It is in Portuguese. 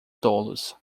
tolos